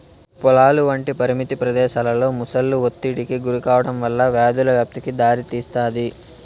పొలాలు వంటి పరిమిత ప్రదేశాలలో మొసళ్ళు ఒత్తిడికి గురికావడం వల్ల వ్యాధుల వ్యాప్తికి దారితీస్తాది